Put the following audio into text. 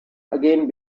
again